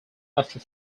after